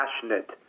passionate